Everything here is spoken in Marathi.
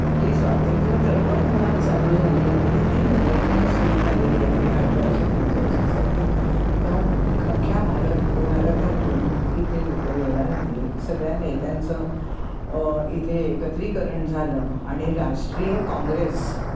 जी स्वातंत्र्य चळवळ मुळात चालू झाली आहे ती मुंबईतनंच सुरू झालेली आहे अठराशे पंच्याऐंशी साली त्या अख्ख्या भारत भारतातून इथे लोकं यायला लागले सगळ्या नेत्यांचं इथे एकत्रीकरण झालं आणि राष्ट्रीय काँग्रेस